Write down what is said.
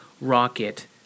rocket